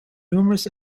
numerous